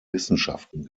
wissenschaften